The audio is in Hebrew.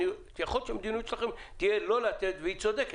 יכול להיות שהמדיניות שלכם תהיה לא לתת והיא צודקת